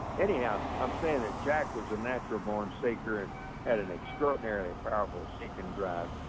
anyhow, i am saying that jack was a natural born seeker and had an extraordinary primal seeking drives.